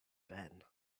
ben